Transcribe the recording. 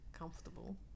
comfortable